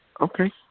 Okay